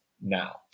now